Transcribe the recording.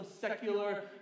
secular